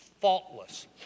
faultless